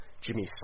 Jimmy